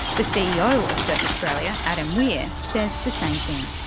the ceo of surf australia adam weir says the same thing.